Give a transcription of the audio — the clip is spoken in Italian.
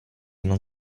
non